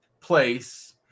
place